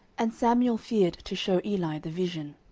and samuel feared to shew eli the vision.